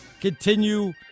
continue